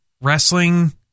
wrestling